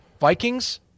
vikings